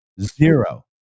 Zero